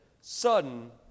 sudden